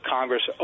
Congress